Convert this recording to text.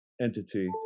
entity